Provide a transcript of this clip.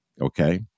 okay